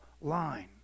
line